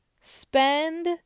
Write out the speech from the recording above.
spend